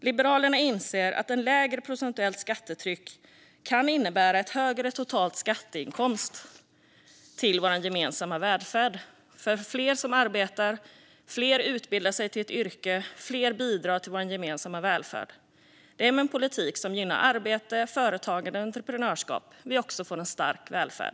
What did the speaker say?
Liberalerna inser att ett lägre procentuellt skattetryck kan innebära en högre total skatteinkomst till vår gemensamma välfärd för att fler arbetar, för att fler utbildar sig till ett yrke och för att fler bidrar till vår gemensamma välfärd. Det är med en politik som gynnar arbete, företagande och entreprenörskap som vi också får en stark välfärd.